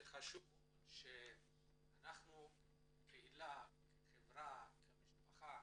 זה חשוב מאוד שאנחנו כקהילה, כחברה, כמשפחה,